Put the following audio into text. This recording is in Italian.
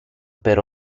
per